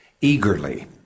eagerly